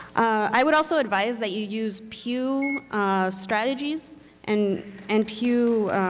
i would also advise that you use pew strategies and and pew